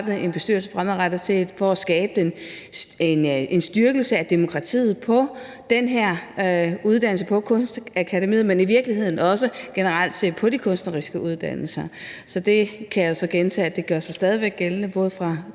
en bestyrelse for at skabe en styrkelse af demokratiet fremadrettet på den her uddannelse, på Kunstakademiet, men i virkeligheden også generelt set på de kunstneriske uddannelser. Så det kan jeg så gentage stadig gør sig gældende, både for